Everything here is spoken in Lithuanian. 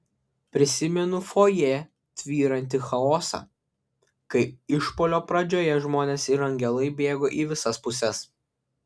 prisimenu fojė tvyrantį chaosą kai išpuolio pradžioje žmonės ir angelai bėgo į visas puses